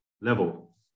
level